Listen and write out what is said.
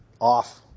Off